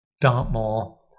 Dartmoor